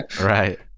right